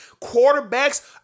quarterbacks